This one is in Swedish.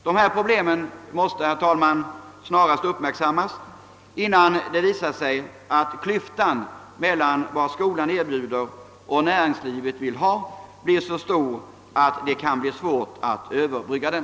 Dessa problem måste snarast uppmärksammas, innan det visar sig att klyftan mellan vad skolan erbjuder och näringslivet vill ha blir så stor att det är svårt att överbrygga den.